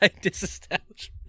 disestablishment